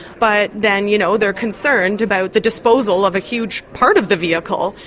but then you know they are concerned about the disposal of a huge part of the vehicle.